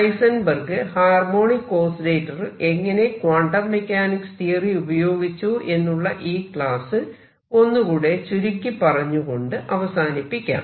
Heisenberg harmonic ഓസിലേറ്ററിൽ എങ്ങനെ quantum mechanics theory ഉപയോഗിച്ചു എന്നുള്ള ഈ ക്ലാസ് ഒന്നുകൂടെ ചുരുക്കി പറഞ്ഞുകൊണ്ട് അവസാനിപ്പിക്കാം